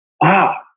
wow